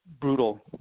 brutal